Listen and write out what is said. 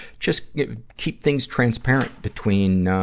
just keep things transparent between, ah,